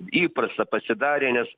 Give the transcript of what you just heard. įprasta pasidarė nes